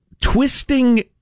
twisting